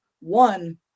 One